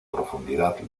profundidad